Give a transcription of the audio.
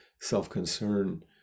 self-concern